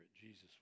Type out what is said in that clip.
Jesus